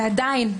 ועדיין,